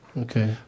Okay